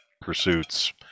pursuits